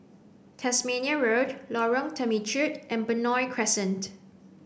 Tasmania Road Lorong Temechut and Benoi Crescent